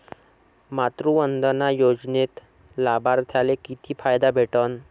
मातृवंदना योजनेत लाभार्थ्याले किती फायदा भेटन?